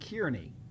Kearney